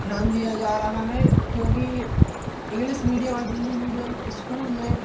ध्यान दिया जा रहा है क्योंकि इंग्लिस मीडियम और हिंदी मीडियम इस्कूल में